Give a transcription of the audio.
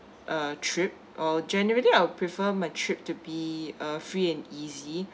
uh trip uh generally I'll prefer my trip to be a free and easy